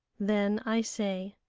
then i say,